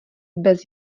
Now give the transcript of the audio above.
bez